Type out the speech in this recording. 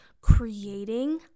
creating